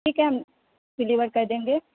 ٹھیک ہے ہم ڈیلیور کر دیں گے